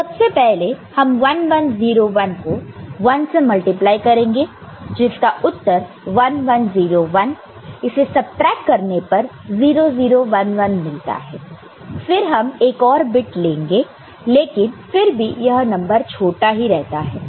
तो सबसे पहले हम 1 1 0 1 को 1 से मल्टीप्लाई करेंगे जिसका उत्तर 1 1 0 1 इसे सबट्रैक्ट करने पर 0 0 1 1 मिलता है फिर हम एक और बिट लेंगे लेकिन फिर भी यह नंबर छोटा ही रहता है